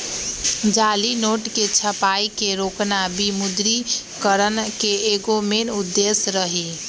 जाली नोट के छपाई के रोकना विमुद्रिकरण के एगो मेन उद्देश्य रही